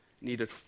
Needed